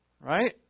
Right